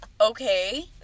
okay